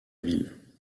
ville